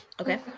Okay